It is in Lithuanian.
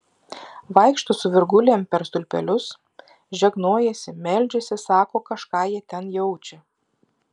vaikšto su virgulėm per stulpelius žegnojasi meldžiasi sako kažką jie ten jaučią